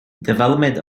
development